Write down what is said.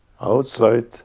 outside